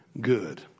good